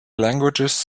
languages